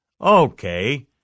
Okay